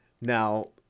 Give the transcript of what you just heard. Now